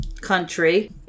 country